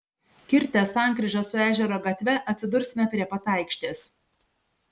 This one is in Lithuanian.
kirtę sankryžą su ežero gatve atsidursime prie pat aikštės